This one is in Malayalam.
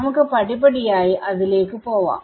നമുക്ക് പടിപടിയായി അതിലേക്ക് പോവാം